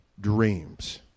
dreams